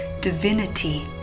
divinity